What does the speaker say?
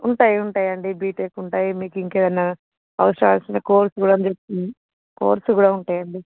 ఉంటాయి ఉంటాయండి బీటెక్ ఉంటాయి మీకు ఇంకా ఏదన్న అవసరం వచ్చినా కోర్స్ కూడా మీకు మీ కోర్స్ కూడా ఉంటాయండి